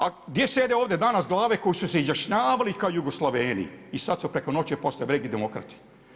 A gdje sjede ovdje danas glave koji su se izjašnjavali kao Jugoslaveni i sada su preko noći postali veliki demokrati.